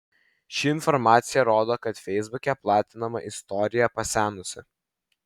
ši informacija rodo kad feisbuke platinama istorija pasenusi